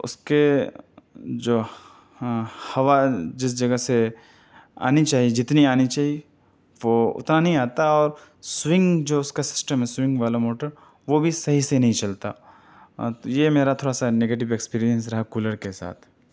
اس کے جو ہاں ہوا جس جگہ سے آنی چاہیے جتنی آنی چاہیے وہ اتنا نہیں آتا اور سوئنگ جو اس کا سسٹم ہے سوئنگ والا موٹر وہ بھی صحیح سے نہیں چلتا یہ میرا تھوڑا سا نگیٹو ایکسپیرئنس رہا کولر کے ساتھ